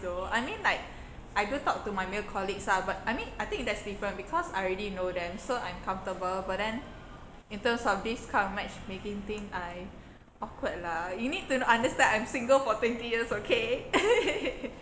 though I mean like I do talk to my male colleagues lah but I mean I think that's different because I already know them so I'm comfortable but then in terms of this kind of matchmaking thing I awkward lah you need to understand I'm single for twenty years okay